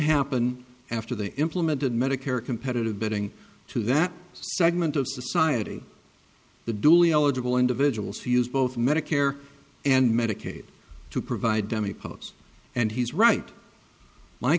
happen after they implemented medicare competitive bidding to that segment of society the duly eligible individuals who use both medicare and medicaid to provide demi pose and he's right my